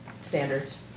standards